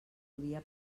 podia